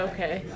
Okay